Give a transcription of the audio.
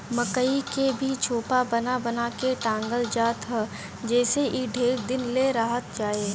मकई के भी झोपा बना बना के टांगल जात ह जेसे इ ढेर दिन ले रहत जाए